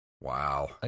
Wow